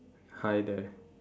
hi there